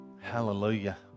Hallelujah